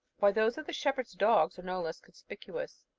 while those of the shepherds' dogs are no less conspicuous.